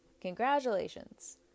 Congratulations